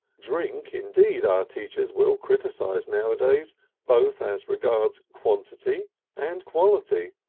drink, indeed, our teachers will criticise nowadays both as regards quantity and quality,